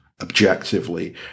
objectively